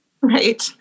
Right